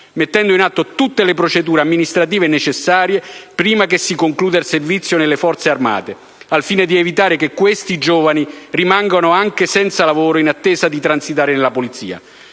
mettendo in atto tutte le procedure amministrative necessarie prima che si concluda il servizio nelle Forze armate, al fine di evitare che questi giovani rimangano anche senza lavoro, in attesa di transitare nella Polizia.